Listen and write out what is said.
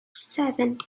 seven